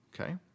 okay